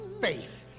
faith